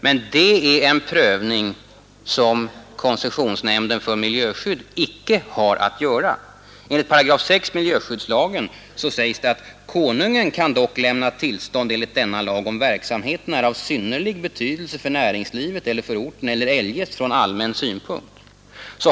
Men det är en prövning som koncessionsnämnden för miljöskydd icke har att göra. Enligt 6 § miljöskyddslagen säges att ”Konungen kan dock lämna tillstånd enligt denna lag, om verksamheten är av synnerlig betydelse för näringslivet eller för orten eller eljest från allmän synpunkt”.